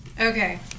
Okay